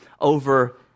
over